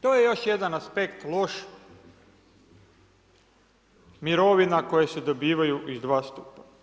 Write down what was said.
To je još jedan aspekt loš, mirovina koji se dobivaju iz 2 stupa.